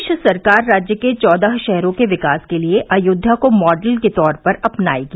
प्रदेश सरकार राज्य के चौदह शहरों के विकास के लिए अयोध्या को मॉडल के तौर पर अपनायेगी